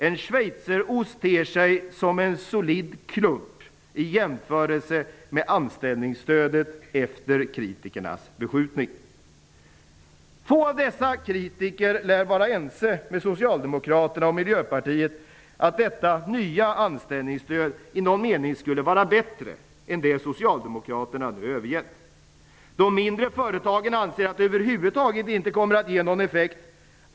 En schweizerost ter sig som en solid klump i jämförelse med anställningsstödet efter kritikernas beskjutning! Få av dessa kritiker lär vara ense med Socialdemokraterna och Miljöpartiet om att detta nya anställningsstöd i någon mening skulle vara bättre än det som Socialdemokraterna nu övergett. De mindre företagen anser att det över huvud taget inte kommer att ge någon effekt.